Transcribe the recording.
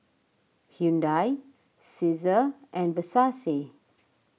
Hyundai Cesar and Versace